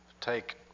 take